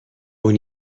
اون